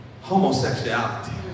homosexuality